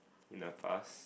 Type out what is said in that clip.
in the past